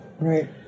right